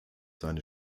seine